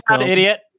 idiot